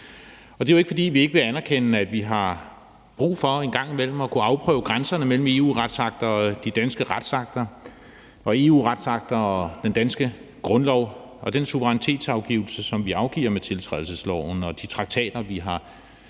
det er jo ikke, fordi vi ikke vil anerkende, at vi har brug for en gang imellem at kunne afprøve grænserne mellem EU-retsakter og de danske retsakter, EU-retsakter og den danske grundlov, den suverænitetsafgivelse, som vi foretager med tiltrædelsesloven, og de traktater, vi har